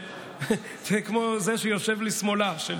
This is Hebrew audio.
כמו זה שיושב לשמאלה של צגה.